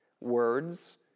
words